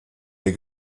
der